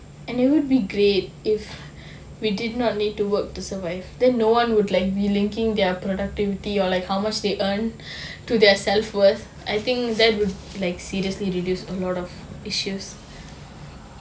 and it would be great if we did not need to work to survive then no one would like linking their productivity or like how much they earn to their self worth I think that will like seriously reduce amount of issues